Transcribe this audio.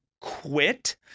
quit